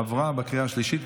עברה בקריאה השלישית,